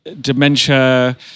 dementia